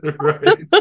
Right